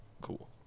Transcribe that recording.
Cool